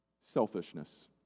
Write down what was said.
Selfishness